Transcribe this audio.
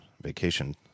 vacation